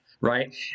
Right